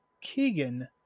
Keegan